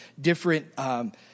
different